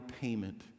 payment